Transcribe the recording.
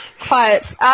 Quiet